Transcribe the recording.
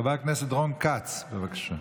חבר הכנסת רון כץ, בבקשה.